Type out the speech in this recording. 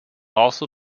also